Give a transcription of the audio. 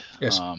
Yes